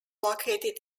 located